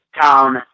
town